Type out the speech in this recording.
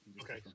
okay